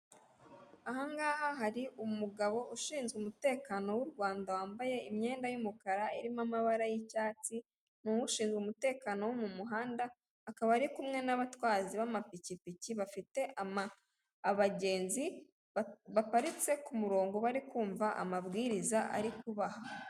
Aha ngaha hari umugabo ushinzwe umutekano w'u Rwanda wambaye imyenda y'umukara irimo amabara y'icyatsi, n'ushinzwe umutekano wo mu muhanda akaba ari kumwe n'abatwazi b'amapikipiki bafite abagenzi, baparitse ku murongo bari kumva amabwiriza ari kubaha.